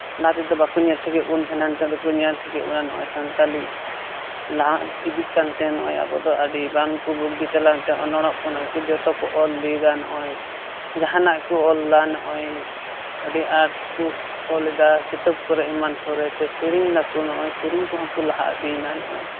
ᱞᱟᱦᱟ ᱛᱮᱫᱚ ᱵᱟᱠᱚ ᱧᱮᱞ ᱴᱷᱤᱠᱮᱜ ᱵᱚᱱ ᱛᱟᱦᱮᱱᱟ ᱱᱮᱛᱟᱨ ᱫᱚᱠᱚ ᱧᱮᱞ ᱴᱷᱤᱠᱮᱜ ᱵᱚᱱᱟ ᱱᱚᱜᱼᱚᱸᱭ ᱥᱟᱱᱛᱟᱲᱤ ᱞᱟᱦᱟ ᱤᱫᱤᱜ ᱠᱟᱱᱛᱮ ᱱᱚᱜᱼᱚᱸᱭ ᱟᱵᱚ ᱫᱚ ᱟᱹᱰᱤ ᱜᱟᱱ ᱠᱚ ᱵᱩᱫᱽᱫᱷᱤ ᱪᱟᱞᱟᱣᱮᱱᱛᱮ ᱚᱱᱚᱬᱦᱮ ᱠᱚ ᱱᱚᱜᱼᱚᱭ ᱡᱚᱛᱚ ᱠᱚ ᱚᱞ ᱤᱫᱤᱫᱟ ᱱᱚᱜᱼᱚᱸᱭ ᱡᱟᱦᱟᱱᱟᱜ ᱜᱮᱠᱚ ᱚᱞᱫᱟ ᱱᱚᱜᱼᱚᱸᱭ ᱟᱹᱰᱤ ᱟᱸᱴ ᱠᱚ ᱚᱞ ᱮᱫᱟ ᱠᱤᱛᱟᱹᱵ ᱠᱚᱨᱮᱜ ᱮᱢᱟᱱ ᱠᱚᱨᱮᱜ ᱥᱮ ᱥᱮᱨᱮᱧ ᱫᱟᱠᱚ ᱱᱚᱜᱼᱚᱸᱭ ᱥᱮᱨᱮᱧ ᱠᱚ ᱦᱚᱸ ᱠᱚ ᱞᱟᱦᱟ ᱤᱫᱤᱭᱱᱟ ᱱᱚᱜᱼᱚᱸᱭ